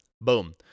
Boom